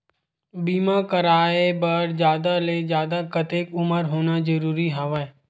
बीमा कराय बर जादा ले जादा कतेक उमर होना जरूरी हवय?